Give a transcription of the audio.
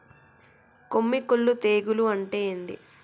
కొమ్మి కుల్లు తెగులు అంటే ఏంది?